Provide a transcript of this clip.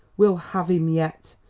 we'll have him yet!